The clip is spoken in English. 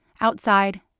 Outside